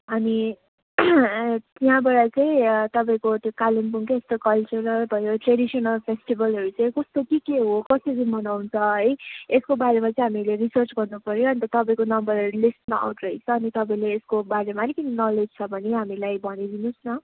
अनि यहाँबाट चाहिँ तपाईँको त्यो कालिम्पोङको त्यो कल्चरल भयो ट्रेडिसनल फेस्टिभलहरू चाहिँ कस्तो के के हो कसरी मनाउँछ है यसको बारेमा चाहिँ हामीले रिसर्च गर्नुपऱ्यो अन्त तपाईँको नम्बरहरू लिस्टमा आउट रहेछ अनि तपाईँले यसको बारेमा अलिकति नलेज छ भने हामीलाई भनिदिनु होस् न